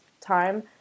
time